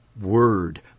word